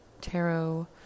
Tarot